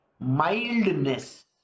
mildness